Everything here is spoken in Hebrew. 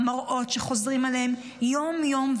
המראות שחוזרים אליהם יום-יום,